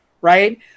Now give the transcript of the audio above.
Right